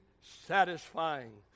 satisfying